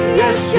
yes